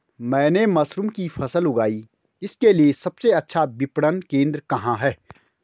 मैंने मशरूम की फसल उगाई इसके लिये सबसे अच्छा विपणन केंद्र कहाँ है?